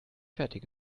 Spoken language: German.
fertig